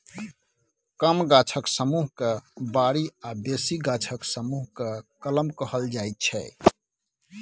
कम गाछक समुह केँ बारी आ बेसी गाछक समुह केँ कलम कहल जाइ छै